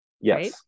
yes